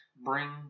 bring